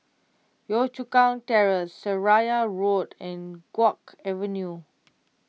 Yio Chu Kang Terrace Seraya Road and Guok Avenue